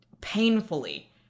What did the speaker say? painfully